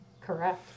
Correct